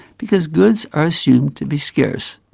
because goods are assumed to be scarce.